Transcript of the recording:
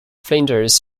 flinders